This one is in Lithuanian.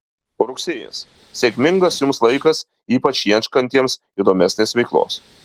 rugsėjis sėkmingas jums laikas ypač ieškantiems įdomesnės veiklos